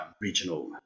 regional